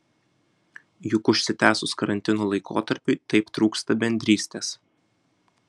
juk užsitęsus karantino laikotarpiui taip trūksta bendrystės